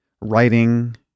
writing